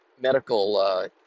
medical